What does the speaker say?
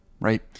right